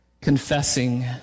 confessing